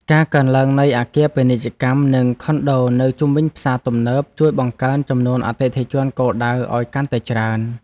ការកើនឡើងនៃអគារពាណិជ្ជកម្មនិងខុនដូនៅជុំវិញផ្សារទំនើប ជួយបង្កើនចំនួនអតិថិជនគោលដៅឱ្យកាន់តែច្រើន។